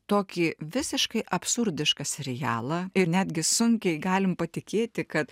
tokį visiškai absurdišką serialą ir netgi sunkiai galim patikėti kad